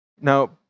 Now